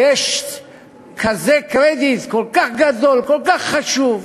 כשיש כזה קרדיט, כל כך גדול, כל כך חשוב,